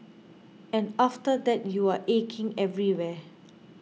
and after that you're aching everywhere